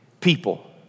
People